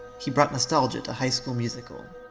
he brought nostalgia to high school musical.